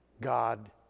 God